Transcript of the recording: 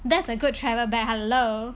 that's a good travel bag hello